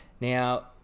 Now